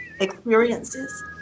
experiences